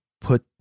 put